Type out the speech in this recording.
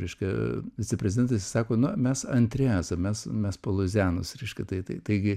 reiškia viceprezidentas jis sako na mes antri esam mes mes po luizianos reiškia tai tai taigi